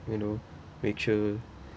you know make sure